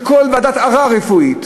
של כל ועדת ערר רפואית.